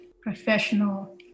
professional